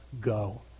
go